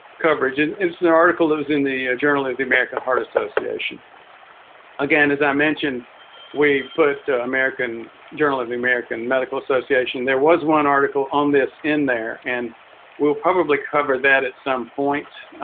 coverage and it's the article that was in the journal of the american heart association again as i mentioned we put american journal of the american medical association there was one article on this in there and we'll probably cover that at some point